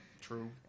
True